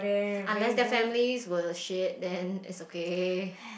unless their families were shit then its okay